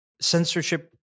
Censorship